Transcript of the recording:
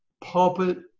pulpit